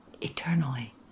eternally